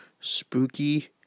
spooky